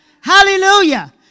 Hallelujah